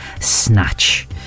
Snatch